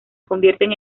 convierten